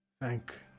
Thank